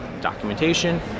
documentation